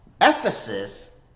ephesus